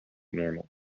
normal